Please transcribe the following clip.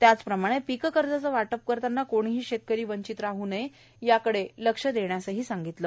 त्याचप्रमाणे पीक कर्जाचं वाटप करताना कोणीही शेतकरी वंचित राह नये याकडे लक्ष द्यायला सांगितलं